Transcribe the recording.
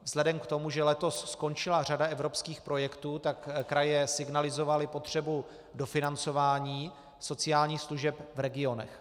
Vzhledem k tomu, že letos skončila řada evropských projektů, tak kraje signalizovaly potřebu dofinancování sociálních služeb v regionech.